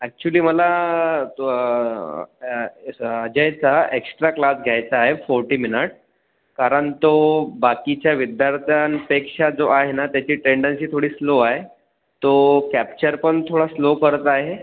actually मला तु अॅ अजयचा एक्स्ट्रा क्लास घ्यायचा आहे फोर्टी मिनट कारण तो बाकीच्या विद्यार्थ्यांपेक्षा जो आहे नं त्याची टेन्डन्सी थोडी स्लो आहे तो कॅप्चर पण थोडा स्लो करत आहे